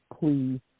please